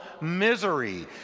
misery